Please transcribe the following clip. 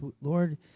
Lord